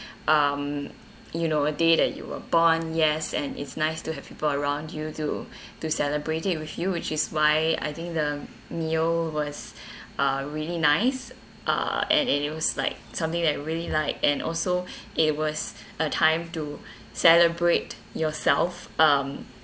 um you know a day that you were born yes and it's nice to have people around you to to celebrate it with you which is why I think the meal was uh really nice uh and it it was like something that I really like and also it was a time to celebrate yourself um